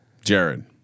Jared